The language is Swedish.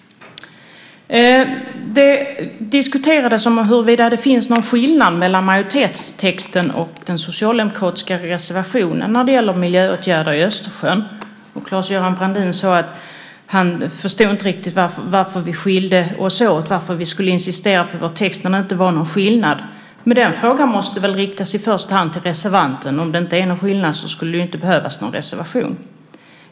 Det diskuterades om huruvida det finns någon skillnad mellan majoritetstexten och den socialdemokratiska reservationen när det gäller miljöåtgärder i Östersjön. Claes-Göran Brandin sade att han inte riktigt förstod varför vi skiljde oss åt, varför vi skulle insistera när det inte var någon skillnad på texterna. Men den frågan måste väl i första hand riktas till reservanten. Om det inte var någon skillnad, skulle det ju inte behövas någon reservation.